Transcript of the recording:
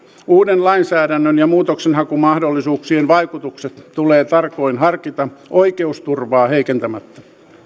uuden lainsäädännön ja muutoksenhakumahdollisuuksien vaikutukset tulee tarkoin harkita oikeusturvaa heikentämättä